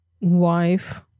wife